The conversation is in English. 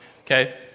Okay